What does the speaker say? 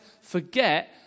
forget